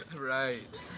Right